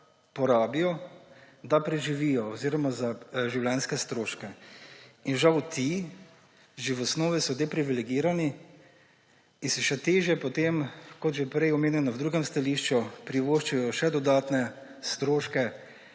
da preživijo oziroma za življenjske stroške. Žal so ti že v osnovi depriviligirani in si se še težje, kot je bilo že prej omenjeno v drugem stališču, privoščijo še dodatne stroške,